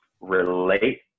relate